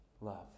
love